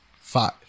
Five